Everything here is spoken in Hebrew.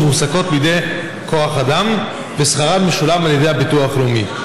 שמועסקות בידי חברות כוח אדם ושכרן משולם על ידי הביטוח הלאומי.